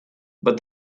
but